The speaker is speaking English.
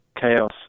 chaos